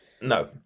no